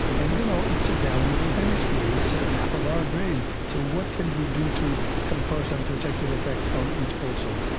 and you know it's a valuable hemisphere, it's ah half of our brain, so what can we do to confer some protective effect on it also?